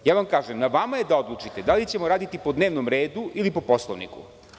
Kažem vam, na vama je da odlučite da li ćemo raditi po dnevnom redu ili po Poslovniku.